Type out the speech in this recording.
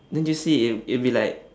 don't you see it'll it'll be like